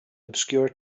obscure